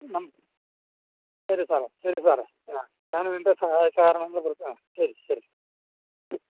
ശരി സാറെ ശരി സാറെ ആ ഞാൻ ഇതിൻ്റെ സഹായം സഹകരണങ്ങൾ പ്രതീക്ഷിക്കുന്നു ശരി ശരി